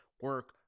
Work